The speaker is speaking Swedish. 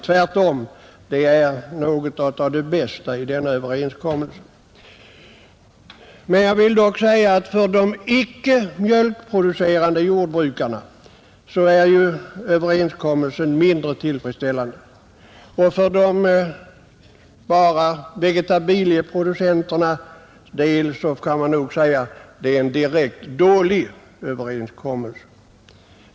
Tvärtom — det är något av det bästa i denna överenskommelse, För de icke mjölkproducerande jordbrukarna är emellertid överenskommelsen mindre tillfredsställande, och för de enbart vegetabilieproducerande är det nog en direkt dålig överenskommelse.